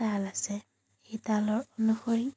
তাল আছে এই তালৰ অনুসৰি